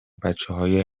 بچههای